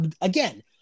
Again